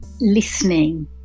listening